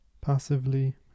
Passively